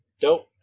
Dope